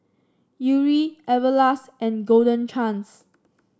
Yuri Everlast and Golden Chance